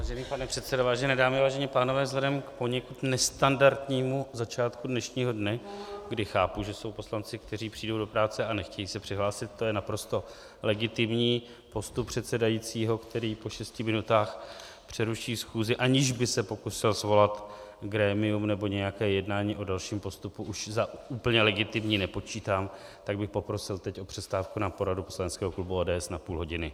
Vážený pane předsedo, vážené dámy, vážení pánové, vzhledem k poněkud nestandardnímu začátku dnešního dne, kdy chápu, že jsou poslanci, kteří přijdou do práce a nechtějí se přihlásit, to je naprosto legitimní, postup předsedajícího, který po šesti minutách přeruší schůzi, aniž by se pokusil svolat grémium nebo nějaké jednání o dalším postupu, už za úplně legitimní nepočítám, tak bych poprosil teď o přestávku na poradu poslaneckého klubu ODS na půl hodiny.